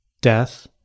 death